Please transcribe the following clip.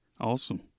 Awesome